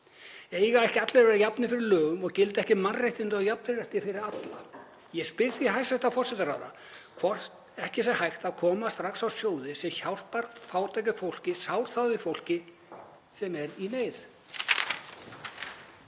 Eiga ekki allir að vera jafnir fyrir lögum og gilda ekki mannréttindi og jafnrétti fyrir alla? Ég spyr því hæstv. forsætisráðherra hvort ekki sé hægt að koma strax á sjóði sem hjálpar fátæku fólki, sárþjáðu fólki sem er í neyð.